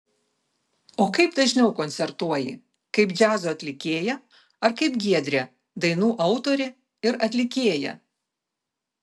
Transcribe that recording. o kaip dažniau koncertuoji kaip džiazo atlikėja ar kaip giedrė dainų autorė ir atlikėja